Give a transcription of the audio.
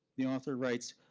the author writes,